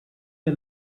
the